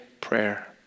prayer